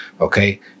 okay